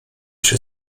się